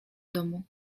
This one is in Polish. domu